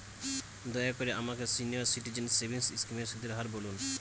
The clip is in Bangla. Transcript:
দয়া করে আমাকে সিনিয়র সিটিজেন সেভিংস স্কিমের সুদের হার বলুন